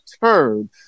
turn